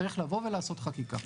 צריך לבוא ולעשות חקיקה.